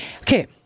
Okay